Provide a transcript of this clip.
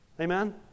amen